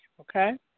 Okay